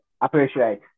appreciate